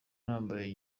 nambaye